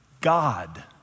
God